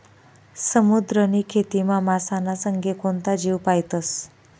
समुद्रनी खेतीमा मासाना संगे कोणता जीव पायतस?